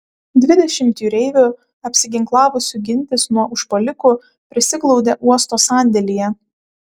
dvidešimt jūreivių apsiginklavusių gintis nuo užpuolikų prisiglaudė uosto sandėlyje